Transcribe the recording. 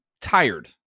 tired